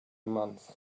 months